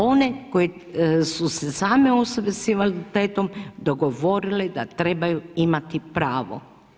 One koje su se same osobe sa invaliditetom, dogovorili da trebaju imati pravo.